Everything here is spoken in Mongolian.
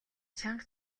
чанга